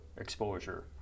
exposure